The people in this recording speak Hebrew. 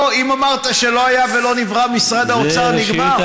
לא, אם אמרת שלא היה ולא נברא, משרד האוצר, נגמר.